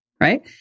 Right